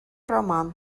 роман